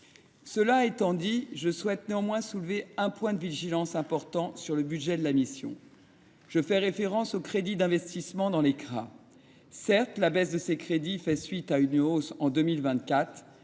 Cela étant dit, je souhaite néanmoins soulever un point de vigilance important sur le budget de la mission. Je fais référence aux crédits d’investissement dans les CRA. Certes, la baisse de ces crédits fait suite à une hausse en 2024.